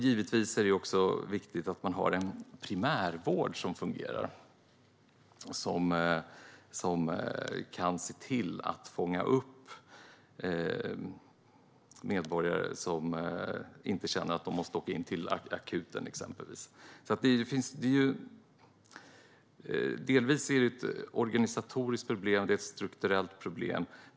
Givetvis är det viktigt att man har en primärvård som fungerar, som exempelvis kan fånga upp medborgare som inte känner att de måste åka in till akuten. Det är delvis ett organisatoriskt problem. Det är ett strukturellt problem.